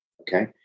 Okay